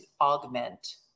augment